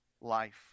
life